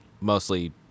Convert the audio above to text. mostly